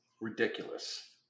Ridiculous